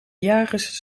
jagers